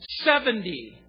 seventy